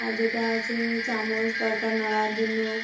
আর যেটা আছে চামচ তরকারি নাড়ার জন্য